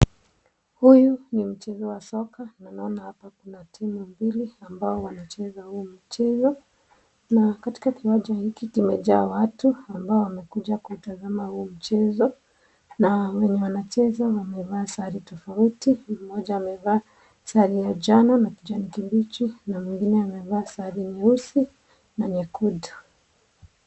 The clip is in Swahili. Huyu ni mchezo wa soka na naona hapa kuna timu mbili ambao wanacheza huu mchezo na katika kiwanja hiki kimejaa watu ambao wamekuja kutazama huu mchezo na wenye wanacheza wamevaa sare tofauti, mmoja amevaa sare ya jano na kijani kibichi na mwingine amevaa sare nyeusi na nyekundu.